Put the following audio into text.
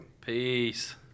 Peace